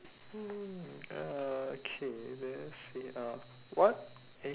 hmm oh okay let's see uh what eh